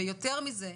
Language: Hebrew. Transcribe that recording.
יותר מזה,